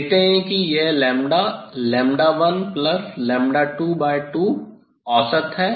लेते हैं कि यह 122औसत है